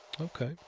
Okay